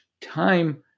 time